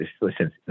listen